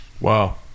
wow